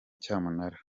cyamunara